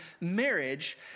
marriage